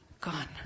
gone